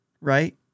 right